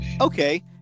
okay